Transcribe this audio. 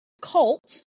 cult